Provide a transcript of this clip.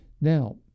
Now